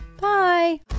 Bye